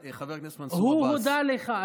הוא הודה לך.